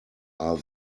are